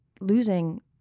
losing